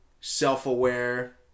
self-aware